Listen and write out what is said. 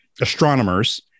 astronomers